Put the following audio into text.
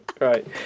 Right